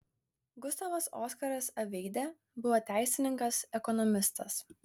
gustavas oskaras aveidė buvo teisininkas ekonomistas